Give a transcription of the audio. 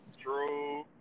True